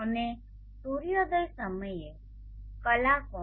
અને સૂર્યોદય સમયે કલાકોણ